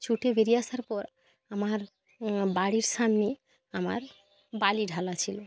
ছুটে বেড়িয়ে আসার পর আমার বাড়ির সামনে আমার বালি ঢালা ছিলো